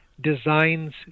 designs